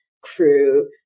crew